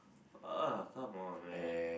uh come on man